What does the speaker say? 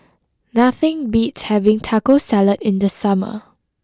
nothing beats having Taco Salad in the summer